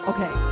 Okay